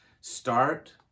Start